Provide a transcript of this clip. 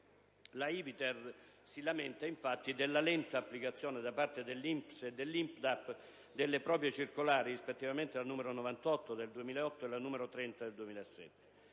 L'AIVITER si lamenta, infatti, della lenta applicazione, da parte dell'INPS e dell'INPDAP delle proprie circolari (rispettivamente la n. 98 del 2008 e la n. 30 del 2007).